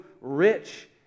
rich